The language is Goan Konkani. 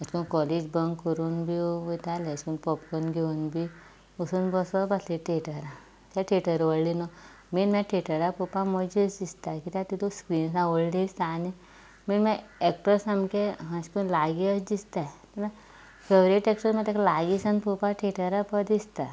अशें को कॉलेज बंक करून बी वयताले अशें करून पॉपकॉन घेवन बी वसून बसप आसलें थेटरांत त्या थेटर व्हडलें न्हू मेन मेट थेटरा पोवपा मजा अशी इसता किद्या तातूंत स्क्रिन आ व्हडली दिसता आनी मेन म्हळ्यार एक्ट्रस सामके अशे करून लागीं अज दिसता तेन्ना फेवरेट एक्श मा ताका लागींच्यान पळोवपा थेटरा बरें दिसता